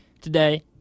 today